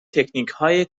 تکنیکهای